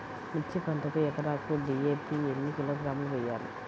మిర్చి పంటకు ఎకరాకు డీ.ఏ.పీ ఎన్ని కిలోగ్రాములు వేయాలి?